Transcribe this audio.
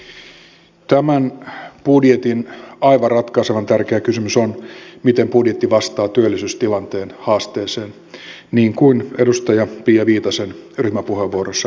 tämän budjetin aivan ratkaisevan tärkeä kysymys on miten budjetti vastaa työllisyystilanteen haasteeseen niin kuin edustaja pia viitasen ryhmäpuheenvuorossa todettiin